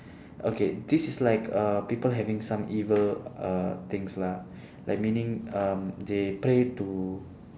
okay this is like uh people having some evil uh things lah like meaning um they pray to